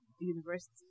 University